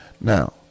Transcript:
Now